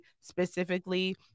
specifically